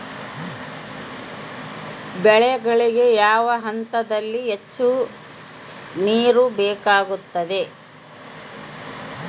ಬೆಳೆಗಳಿಗೆ ಯಾವ ಹಂತದಲ್ಲಿ ಹೆಚ್ಚು ನೇರು ಬೇಕಾಗುತ್ತದೆ?